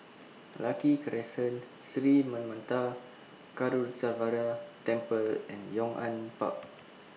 Lucky Crescent Sri Manmatha Karuneshvarar Temple and Yong An Park